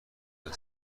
باز